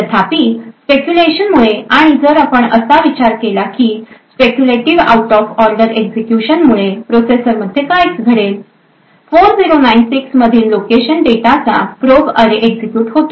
तथापि स्पेक्युलेशन मुळे आणि जर आपण विचार केला की speculative out of order execution मुळे प्रोसेसर मध्ये काय घडेल 4096 मधील लोकेशन डेटाचा प्रोब अॅरे एक्झिक्युट होतो